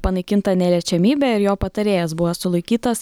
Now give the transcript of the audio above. panaikinta neliečiamybė ir jo patarėjas buvo sulaikytas